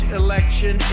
election